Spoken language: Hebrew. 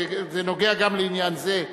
זה נוגע גם לעניין זה,